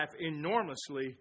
enormously